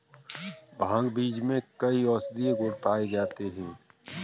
भांग बीज में कई औषधीय गुण पाए जाते हैं